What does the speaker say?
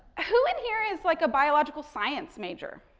who in here is like a biological science major?